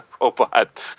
robot